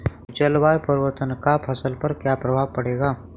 जलवायु परिवर्तन का फसल पर क्या प्रभाव पड़ेगा?